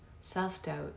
self-doubt